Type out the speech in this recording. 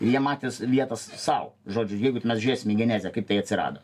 jie matės vietą sau žodžiu jeigu mes žiūrėsim į genezę kaip tai atsirado